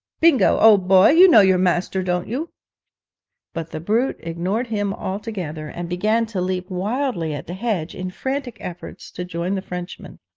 bingo, old boy, you know your master, don't you but the brute ignored him altogether, and began to leap wildly at the hedge, in frantic efforts to join the frenchman.